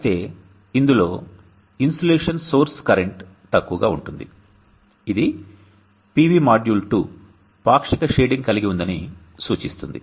అయితే ఇందులో insulation source current తక్కువగా ఉంటుంది ఇది PV మాడ్యూల్ 2 పాక్షిక షేడింగ్ కలిగి ఉందని సూచిస్తుంది